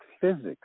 physics